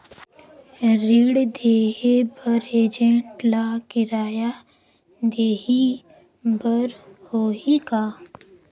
ऋण देहे बर एजेंट ला किराया देही बर होही का?